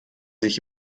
sich